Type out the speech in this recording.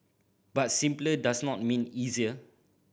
but simpler does not mean easier